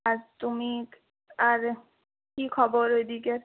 আর তুমি আর কী খবর ওই দিকের